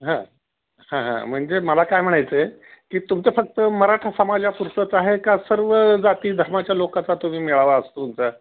हां हां हां म्हणजे मला काय म्हणायचं आहे की तुमचं फक्त मराठा समाजापुरतंच आहे का सर्व जाती धर्माच्या लोकाचा तुम्ही मेळावा असतो तुमचा